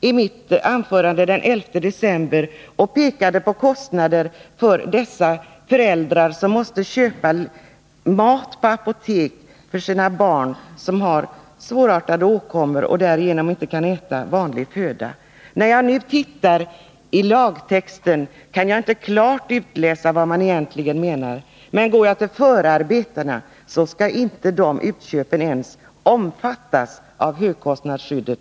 I mitt anförande den 11 december pekade jag på kostnaderna för de föräldrar som måste köpa mat på apotek till sina barn därför att barnen på grund av svårartade åkommor inte kan äta vanlig föda. När jag nu tittar i lagtexten, kan jag inte klart utläsa vad man egentligen menar. Men går jag till förarbetena, finner jag att sådana matinköp inte ens skall omfattas av högkostnadsskyddet.